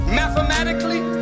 mathematically